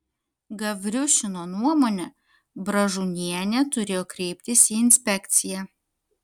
gavriušino nuomone bražunienė turėjo kreiptis į inspekciją